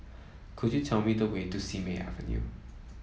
could you tell me the way to Simei Avenue